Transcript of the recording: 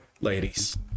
ladies